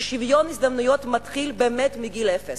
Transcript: כי שוויון הזדמנויות מתחיל באמת מגיל אפס.